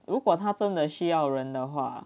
如果他真的需要人的话